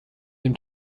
dem